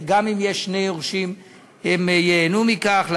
וגם אם יש שני יורשים הם ייהנו מכך.